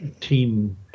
team